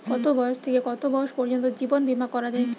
কতো বয়স থেকে কত বয়স পর্যন্ত জীবন বিমা করা যায়?